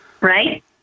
Right